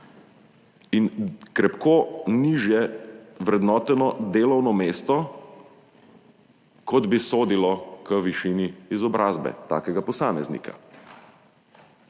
in krepko nižje vrednoteno delovno mesto, kot bi sodilo k višini izobrazbe takega posameznika. Medtem